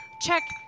check